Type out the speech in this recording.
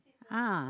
ah